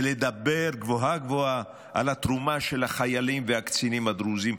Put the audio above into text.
ולדבר גבוהה-גבוהה על התרומה של החיילים והקצינים הדרוזים,